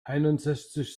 einundsechzig